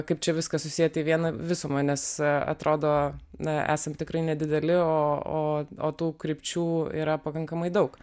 kaip čia viską susieti į vieną visumą nes atrodo na esam tikrai nedideli o o o tų krypčių yra pakankamai daug